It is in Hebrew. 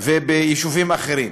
וביישובים אחרים.